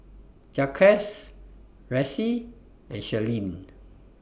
Jaquez Ressie and Shirlene